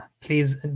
please